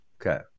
Okay